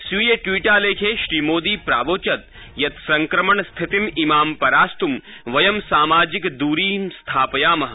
स्वीय ट्वीटालेखे श्रीमोदी प्राबोचत् यत् संक्रमणस्थितिं इमां परास्तुं वयं सामाजिक दूरी स्थापयामः